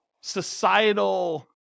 societal